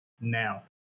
now